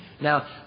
Now